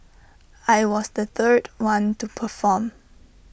I was the third one to perform